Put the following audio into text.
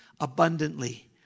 abundantly